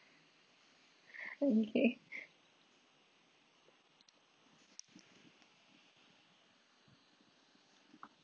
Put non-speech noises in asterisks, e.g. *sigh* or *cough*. *breath* okay *breath*